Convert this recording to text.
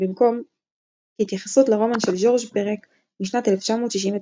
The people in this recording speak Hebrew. במקום Штeтл כהתייחסות לרומן של ז'ורז' פרק משנת 1969,